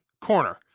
corner